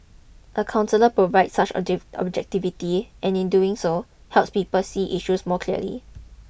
a counsellor provides such objectivity and in doing so helps people see issues more clearly